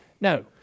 No